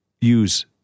use